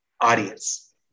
audience